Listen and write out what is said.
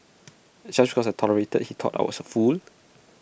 just because I tolerated he thought I was A fool